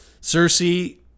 Cersei